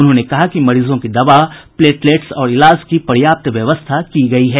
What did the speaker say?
उन्होंने कहा कि मरीजों की दवा प्लेटलेट्स और इलाज की पर्याप्त व्यवस्था की गयी है